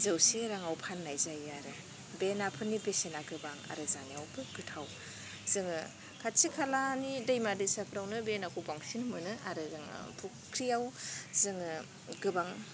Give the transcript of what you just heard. जौसे राङाव फान्नाय जायो आरो बे नाफोरनि बेसेना गोबां आरो जानायावबो गोथाव जोङो खाथि खालानि दैमा दैसाफोरावनो बे नाखौ बांसिन मोनो आरो जोङो फुख्रियाव जोङो गोबां